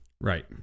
Right